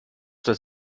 das